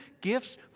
gifts